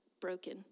broken